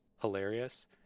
hilarious